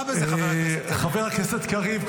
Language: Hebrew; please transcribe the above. מה רע בזה, חבר הכנסת קריב?